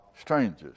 strangers